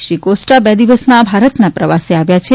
Shri Costa બે દિવસના ભારતના પ્રવાસે આવ્યા છે